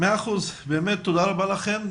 תודה רבה לכם.